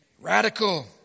Radical